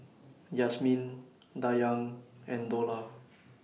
Yasmin Dayang and Dollah